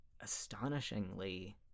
astonishingly